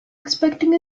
expecting